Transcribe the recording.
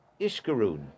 Ishkarun